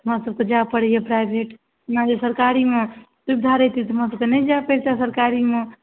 हमरासभके जाय पड़ैए प्राइभेट एना जे सरकारीमे सुविधा रहितै तऽ हमरासभके नहि जाय पड़ितए सरकारीमे